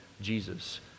Jesus